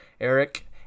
Eric